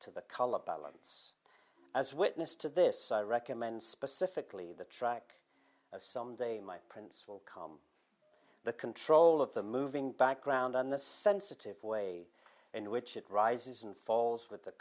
to the color balance as witness to this recommend specifically the track as someday my prince will com the control of the moving background and the sensitive way in which it rises and falls with the